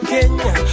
Kenya